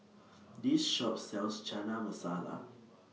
This Shop sells Chana Masala